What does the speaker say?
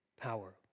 power